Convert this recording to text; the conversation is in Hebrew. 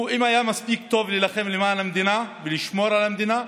אם הוא היה מספיק טוב להילחם למען המדינה ולשמור על המדינה,